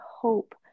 hope